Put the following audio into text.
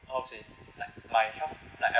how to say like my health like I